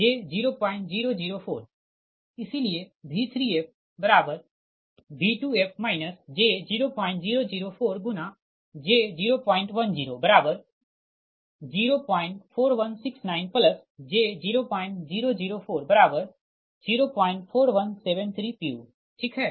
इसलिए V3fV2f j0004×j01004169j000404173 pu ठीक है